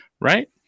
Right